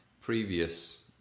previous